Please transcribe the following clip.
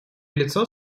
лицо